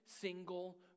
single